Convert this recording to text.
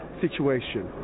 situation